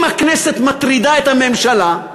אם הכנסת מטרידה את הממשלה,